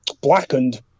blackened